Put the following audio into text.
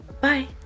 Bye